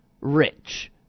rich